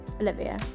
Olivia